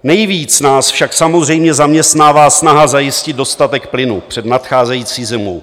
Nejvíc nás však samozřejmě zaměstnává snaha zajistit dostatek plynu před nadcházející zimou.